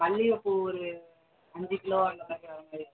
மல்லிகைப்பூ ஒரு அஞ்சுக் கிலோ அந்த மாதிரி வர மாதிரி